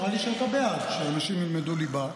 נראה לי שגם אתה בעד שאנשים ילמדו ליבה.